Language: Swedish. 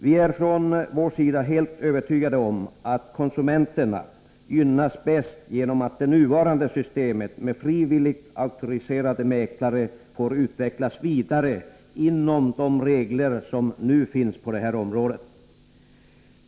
Vi är helt övertygade om att konsumenterna gynnas bäst genom att det nuvarande systemet med frivilligt auktoriserade mäklare får utvecklas vidare inom de regler som nu finns på det här området.